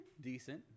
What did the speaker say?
decent